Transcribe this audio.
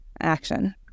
Action